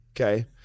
okay